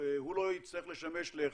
הוא לא יצטרך לשמש להחזרים?